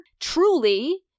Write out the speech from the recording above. truly